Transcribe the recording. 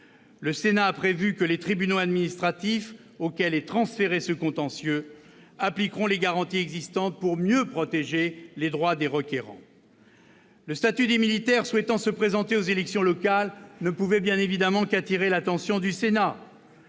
Le Sénat a prévu que les tribunaux administratifs, auxquels est transféré ce contentieux, appliqueront les garanties existantes pour mieux protéger les droits des requérants. Le statut des militaires souhaitant se présenter aux élections locales ne pouvait, bien évidemment, qu'attirer l'attention du Sénat.